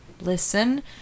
listen